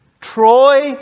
Troy